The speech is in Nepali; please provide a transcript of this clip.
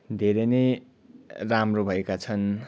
धेरै नै राम्रो भएका छन्